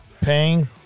paying